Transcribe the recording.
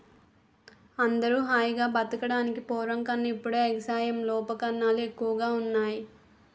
అందరూ హాయిగా బతకడానికి పూర్వం కన్నా ఇప్పుడే ఎగసాయంలో ఉపకరణాలు ఎక్కువగా ఉన్నాయ్